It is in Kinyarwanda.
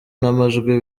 n’amajwi